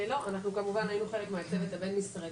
לא, אנחנו כמובן היינו חלק מהצוות הבין-משרדי.